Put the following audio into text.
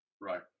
Right